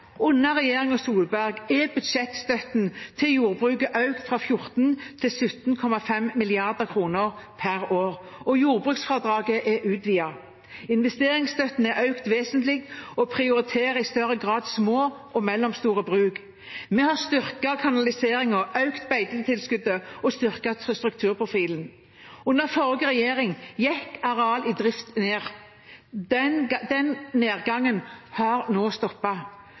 Under regjeringen Solberg er budsjettstøtten til jordbruket økt fra 14 mrd. kr til 17,5 mrd. kr per år, og jordbruksfradraget er utvidet. Investeringsstøtten er økt vesentlig og prioriterer i større grad små og mellomstore bruk. Vi har styrket kanaliseringen, økt beitetilskuddene og styrket strukturprofilen. Under forrige regjering gikk areal i drift ned. Den nedgangen har nå